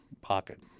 pocket